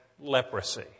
leprosy